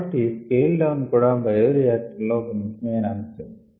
కాబట్టి scale down కూడా bioreactor లో ఒక ముఖ్య మైన అంశం